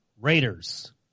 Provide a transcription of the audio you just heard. Raiders